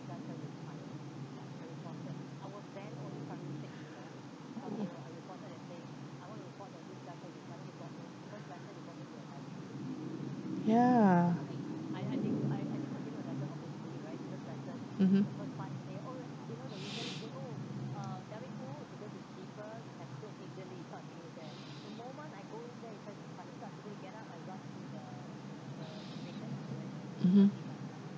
ya mmhmm mmhmm